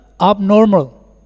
abnormal